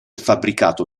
fabbricato